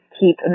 keep